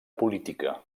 política